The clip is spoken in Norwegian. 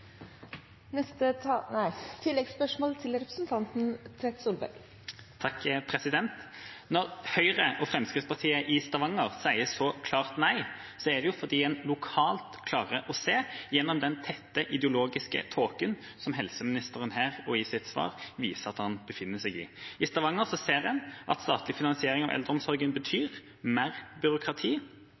Stavanger sier så klart nei, er det jo fordi en lokalt klarer å se gjennom den tette ideologiske tåken som helseministeren i sitt svar viser at han befinner seg i. I Stavanger ser en at statlig finansiering av eldreomsorgen betyr mer byråkrati